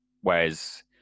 whereas